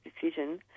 decision